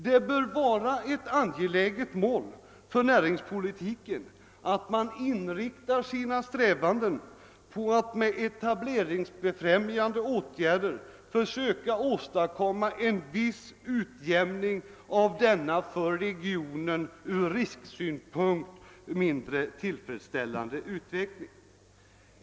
Det bör vara ett angeläget mål för näringspolitiken, och man bör inrikta sina strävanden på att med etableringsfrämjande åtgärder åstadkomma en viss utjämning av denna för regionen från risksynpunkt mindre tillfredsställande utveckling.